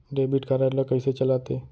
Debit card ला कइसे चलाते?